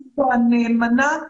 נאמנה,